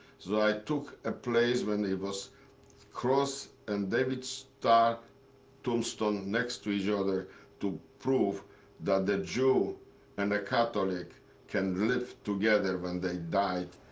so i took a place when it was cross and david star tombstone next to each other to prove that the jew and the catholic can live together when they died,